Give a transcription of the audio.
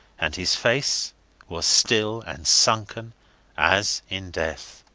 and his face was still and sunken as in death.